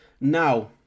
Now